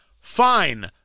Fine